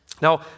Now